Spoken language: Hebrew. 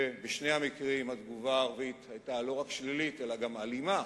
ובשני המקרים התגובה הערבית היתה לא רק שלילית אלא גם אלימה.